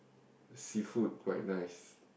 the seafood quite nice